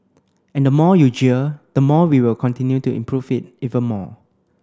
and the more you jeer the more we will continue to improve it even more